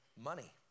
money